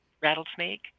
rattlesnake